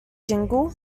jingle